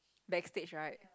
backstage right